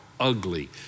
ugly